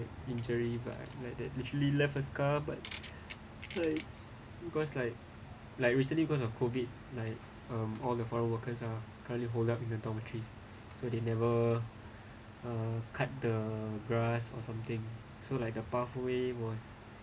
injury but like that literally left a scar but like because like like recently because of COVID like um all the foreign workers are currently hold up in the dormitories so they never uh cut the grass or something so like the pathway was